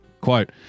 Quote